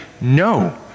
No